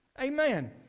Amen